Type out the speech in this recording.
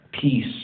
Peace